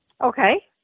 Okay